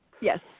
Yes